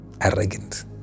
arrogant